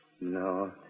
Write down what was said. No